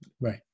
right